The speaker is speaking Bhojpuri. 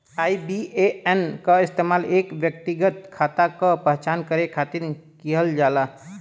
आई.बी.ए.एन क इस्तेमाल एक व्यक्तिगत खाता क पहचान करे खातिर किहल जाला